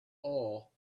all